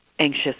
anxious